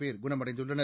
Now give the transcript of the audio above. பேர் குணமடைந்துள்ளனர்